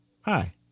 hi